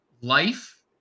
life